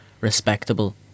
respectable